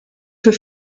für